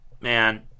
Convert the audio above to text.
man